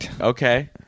Okay